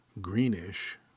greenish